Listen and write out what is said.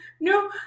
No